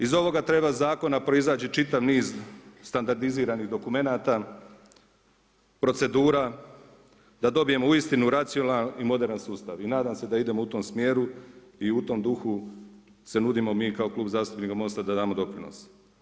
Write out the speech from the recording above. Iz ovoga treba zakona proizaći čitav niz standardiziranih dokumenata, procedura, da dobijemo uistinu racionalan i moderan sustav i nadam se da idemo u tom smjeru i u tom duhu se nudimo mi kao Klub zastupnika MOST-a da damo doprinos.